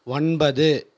ஒன்பது